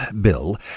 Bill